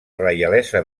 reialesa